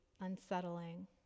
unsettling